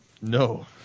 No